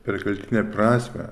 perkeltinę prasmę